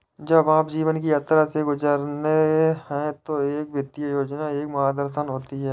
जब आप जीवन की यात्रा से गुजरते हैं तो एक वित्तीय योजना एक मार्गदर्शन होती है